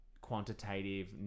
quantitative